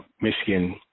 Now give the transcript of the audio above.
Michigan